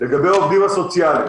לגבי העובדים הסוציאליים